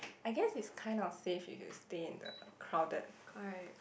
I guess it's kind of safe if you stay in the crowded